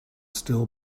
still